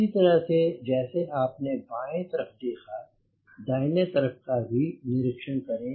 इसी तरह से जैसे आपने बाएं तरफ देखा दाहिने तरफ का भी निरीक्षण करें